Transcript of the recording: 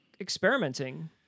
experimenting